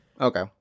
Okay